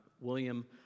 William